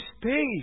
space